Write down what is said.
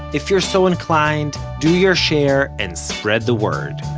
if you're so inclined do your share and spread the word!